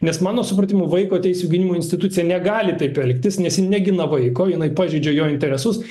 nes mano supratimu vaiko teisių gynimo institucija negali taip elgtis nes ji negina vaiko jinai pažeidžia jo interesus